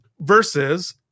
versus